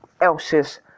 else's